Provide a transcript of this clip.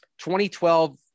2012